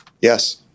Yes